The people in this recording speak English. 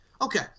Okay